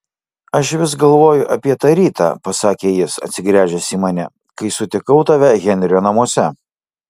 aš vis galvoju apie tą rytą pasakė jis atsigręžęs į mane kai sutikau tave henrio namuose